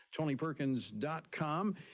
TonyPerkins.com